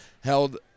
held